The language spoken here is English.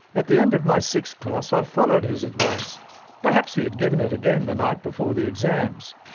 at the end of my sixth class i followed his advice perhaps he had given it again the night before the exams.